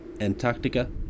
Antarctica